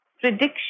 prediction